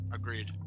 Agreed